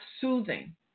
soothing